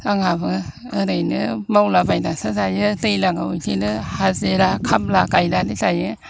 आंहाबो ओरैनो मावला बायनासो जायो दैज्लाङाव बेदिनो खामला हाजिरा गायनानै जायो